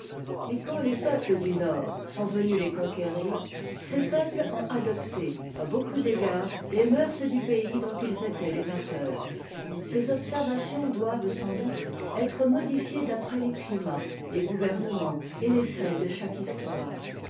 et quand les peuples du nord sont'venus tes conquérir ces peuples ont adopté à beaucoup d'égards les moeurs du pays dont ils étaient les vainqueurs ces observations doivent sans doute être modifiées d'après les climats les gouvernements et les faits de chàoue histoire